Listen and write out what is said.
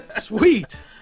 Sweet